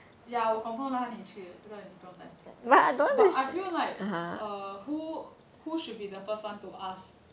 ya 我 confirm 拉你去这个你不用担心 but I feel like err who who should be the first one to ask